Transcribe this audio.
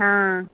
ହଁ